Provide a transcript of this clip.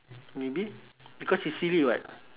maybe because it's silly [what]